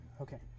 Okay